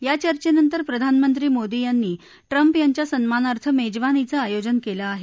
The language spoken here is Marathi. या चर्चेनंतर प्रधानमंत्री मोदी यांनी ट्रम्प यांच्या सन्मानार्थ मेजवानीचं आयोजन केलं आहे